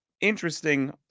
interesting